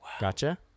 Gotcha